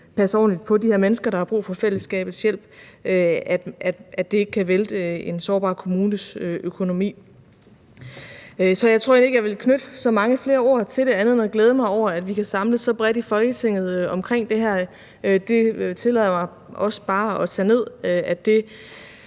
passe ordentligt på de her mennesker, der har brug for fællesskabets hjælp, ikke kan vælte en sårbar kommunes økonomi. Så jeg tror egentlig ikke, jeg vil knytte så mange flere ord til det andet end at glæde mig over, at vi kan samles så bredt i Folketinget om det her, og det tillader jeg mig også bare at tage ned, for det